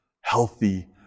healthy